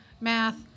Math